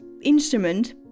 instrument